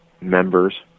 members